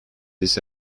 this